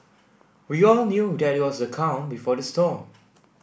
we all knew that it was the calm before the storm